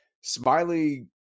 Smiley